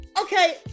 Okay